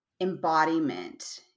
embodiment